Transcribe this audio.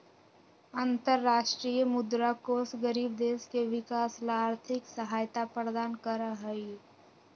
अन्तरराष्ट्रीय मुद्रा कोष गरीब देश के विकास ला आर्थिक सहायता प्रदान करा हई